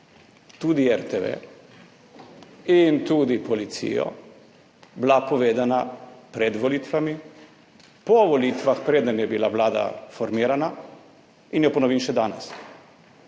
tudi RTV in tudi policijo, bila povedana pred volitvami, po volitvah, preden je bila vlada formirana, in jo ponovim še danes.